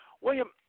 William